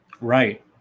Right